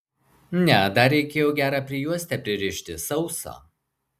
ne dar reikėjo gerą prijuostę pririšti sausą